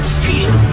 feel